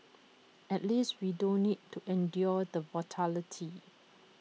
at least we don't need to endure the volatility